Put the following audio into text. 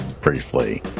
briefly